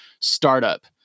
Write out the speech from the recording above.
startup